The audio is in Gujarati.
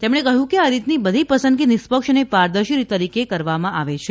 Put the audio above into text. તેમણે કહ્યું કે આ રીતની બધી પસંદગી નિષ્પક્ષ અને પારદર્શી તરીકે કરવામાં આવે છે